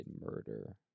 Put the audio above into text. murder